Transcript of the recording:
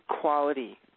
quality